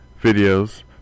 videos